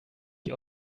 die